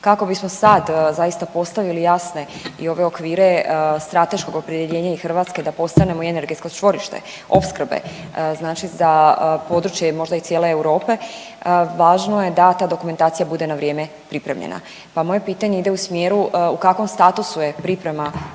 Kako bismo sad zaista postavili jasne i ove okvire strateškog opredjeljenja i Hrvatske da postanemo energetsko čvorište opskrbe za područje možda i cijele Europe važno je da ta dokumentacija bude na vrijeme pripremljena. Pa moje pitanje ide u smjeru u kakvom statusu je priprema